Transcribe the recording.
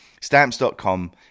Stamps.com